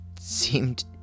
seemed